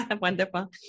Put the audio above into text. Wonderful